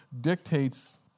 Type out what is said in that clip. dictates